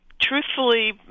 truthfully